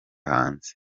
hanze